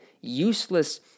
useless